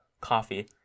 coffee